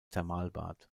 thermalbad